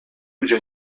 gdzie